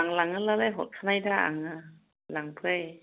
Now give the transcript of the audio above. आं लाङोब्लालाय हरखानाय दा आङो लांफै